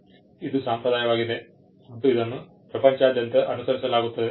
ಇದು ಸಂಪ್ರದಾಯವಾಗಿದೆ ಮತ್ತು ಇದನ್ನು ಪ್ರಪಂಚಾದ್ಯಂತ ಅನುಸರಿಸಲಾಗುತ್ತದೆ